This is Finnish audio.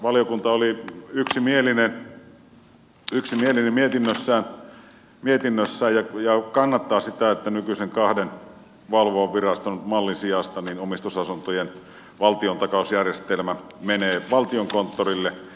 valiokunta oli yksimielinen mietinnössään ja kannattaa sitä että nykyisen kahden valvovan viraston mallin sijasta omistusasuntojen valtiontakausjärjestelmä menee valtiokonttorille